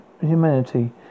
humanity